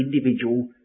individual